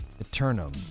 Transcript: Eternum